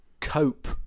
cope